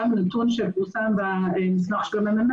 גם נתון שפורסם במסמך של מרכז המחקר,